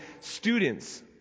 students